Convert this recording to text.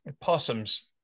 possums